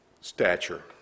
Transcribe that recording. stature